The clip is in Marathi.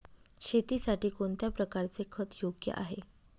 शेतीसाठी कोणत्या प्रकारचे खत योग्य आहे?